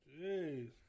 Jeez